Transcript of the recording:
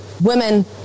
women